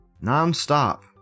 Non-stop